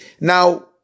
Now